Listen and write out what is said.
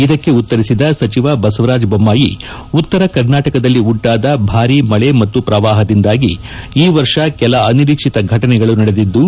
ಇದಕ್ಕೆ ಉತ್ತರಿಸಿದ ಸಚಿವ ಬಸವರಾಜ ಬೊಮ್ಮಾಯಿ ಉತ್ತರ ಕರ್ನಾಟಕದಲ್ಲಿ ಉಂಟಾದ ಭಾರೀ ಮಳೆ ಮತ್ತು ಪ್ರವಾಹದಿಂದಾಗಿ ಈ ವರ್ಷ ಕೆಲ ಅನಿರೀಕ್ಷಿತ ಘಟನೆಗಳು ನಡೆದಿದ್ದು